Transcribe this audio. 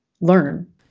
learn